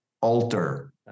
alter